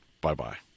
bye-bye